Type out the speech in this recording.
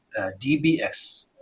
DBS